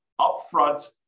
upfront